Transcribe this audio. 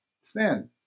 sin